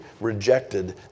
rejected